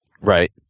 right